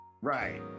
Right